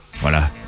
voilà